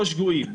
או שגויים.